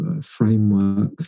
framework